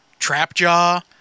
Trapjaw